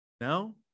No